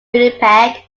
winnipeg